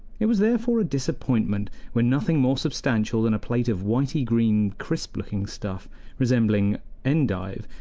it was therefore a disappointment when nothing more substantial than a plate of whitey-green, crisp-looking stuff resembling endive,